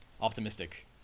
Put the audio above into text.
optimistic